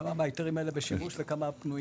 כמה מההיתרים האלה בשימוש וכמה ---?